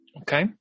Okay